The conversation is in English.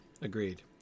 Agreed